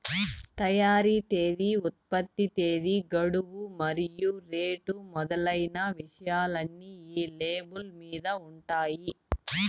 తయారీ తేదీ ఉత్పత్తి తేదీ గడువు మరియు రేటు మొదలైన విషయాలన్నీ ఈ లేబుల్ మీద ఉంటాయి